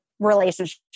relationship